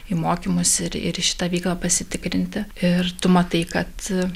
į mokymus ir ir į šitą veiklą pasitikrinti ir tu matai kad